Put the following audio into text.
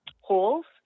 holes